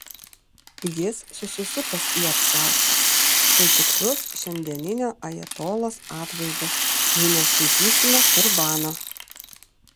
jis susisupęs į apsiaustą tai tikslus šiandieninio ajatolos atvaizdas jei neskaitysime turbano